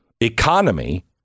economy